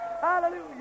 hallelujah